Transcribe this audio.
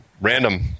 random